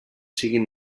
siguin